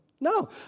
No